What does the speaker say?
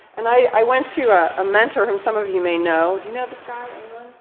and i went to a mentor, whom some of you may know. do you know this guy, and